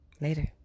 Later